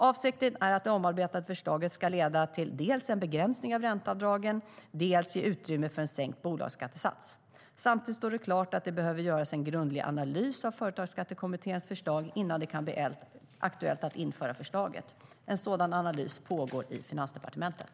Avsikten är att det omarbetade förslaget dels ska leda till en begräsning av ränteavdragen, dels ge utrymme för en sänkt bolagsskattesats. Samtidigt står det klart att det behöver göras en grundlig analys av FSK:s förslag innan det kan bli aktuellt att införa förslaget. En sådan analys pågår i Finansdepartementet.